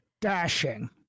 dashing